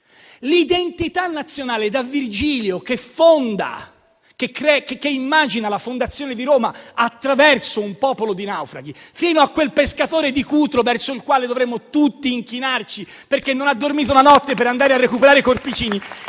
L'identità nazionale italiana - da Virgilio, che immagina la fondazione di Roma attraverso un popolo di naufraghi, fino a quel pescatore di Cutro al quale dovremmo tutti inchinarci, perché non ha dormito la notte per andare a recuperare i corpicini